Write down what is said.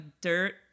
dirt